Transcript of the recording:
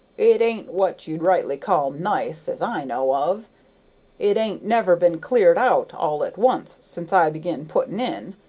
it ain't what you'd rightly call nice, as i know of it ain't never been cleared out all at once since i began putting in.